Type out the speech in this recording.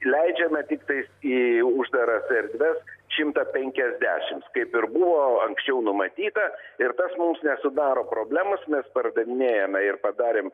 leidžiame tiktai į uždaras erdves šimtą penkiasdešims kaip ir buvo anksčiau numatyta ir tas mums nesudaro problemos mes pardavinėjame ir padarėm